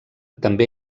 també